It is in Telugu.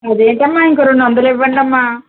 అదేంటమ్మా ఇంకోక రెండొందలు ఇవ్వండమ్మా